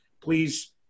Please